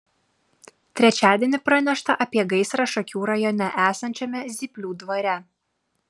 trečiadienį pranešta apie gaisrą šakių rajone esančiame zyplių dvare